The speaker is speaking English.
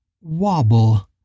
wobble